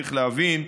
צריך להבין,